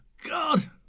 God